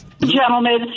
Gentlemen